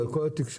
אבל כל התקשורת,